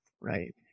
right